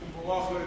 שהוא מבורך.